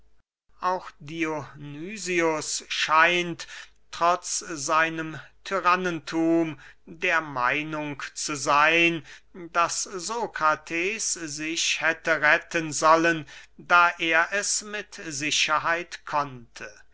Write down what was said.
auch dionysius scheint trotz seinem tyrannenthum der meinung zu seyn daß sokrates sich hätte retten sollen da er es mit sicherheit konnte